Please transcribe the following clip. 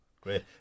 Great